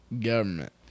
Government